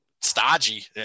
stodgy